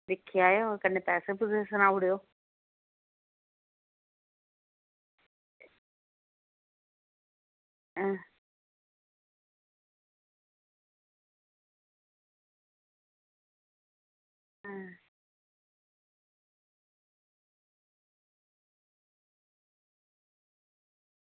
दिक्खी लैएओ कन्नै पैसे पूसे सनाई ओड़ेओ ऐं ऐं